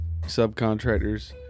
subcontractors